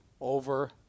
over